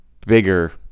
bigger